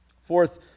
Fourth